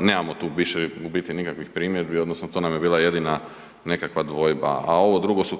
nemamo tu više u biti nikakvih primjedbi odnosno to nam je bila jedina nekakva dvojba. A ovo drugo su